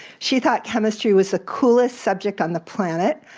she thought chemistry was the coolest subject on the planet,